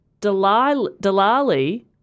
Delali